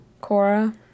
cora